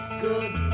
good